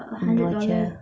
voucher